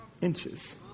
inches